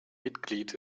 mitglied